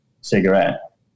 cigarette